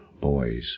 boys